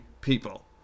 people